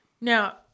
now